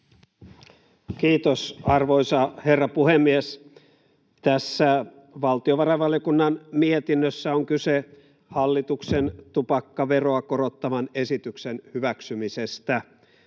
Kiitos, arvoisa herra puhemies! Tässä valtiovarainvaliokunnan mietinnössä on kyse hallituksen tupakkaveroa korottavan esityksen hyväksymisestä.